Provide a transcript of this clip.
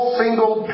single